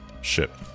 ship